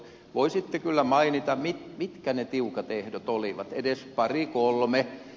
voisitte kyllä mainita mitkä ne tiukat ehdot olivat edes pari kolme